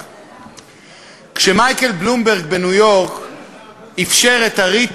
קודם, של חבר הכנסת בהלול לדבר, להקדים